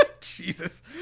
Jesus